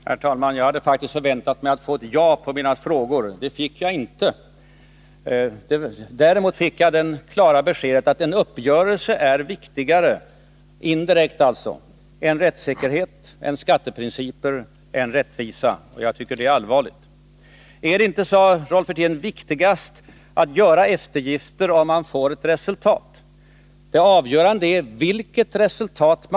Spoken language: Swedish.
Herr talman! Jag hade faktiskt väntat mig att få ett ja som svar på mina frågor. Det fick jag inte. Däremot fick jag indirekt det klara beskedet att en uppgörelse är viktigare än rättssäkerhet, skatteprinciper och rättvisa. Jag Nr 39 tycker att det är allvarligt. Måndagen den Ar det inte, sade Rolf Wirtén, viktigast att göra eftergifter, om man får ett 30 november 1981 resultat?